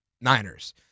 Niners